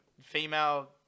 female